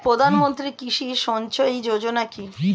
প্রধানমন্ত্রী কৃষি সিঞ্চয়ী যোজনা কি?